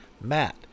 Matt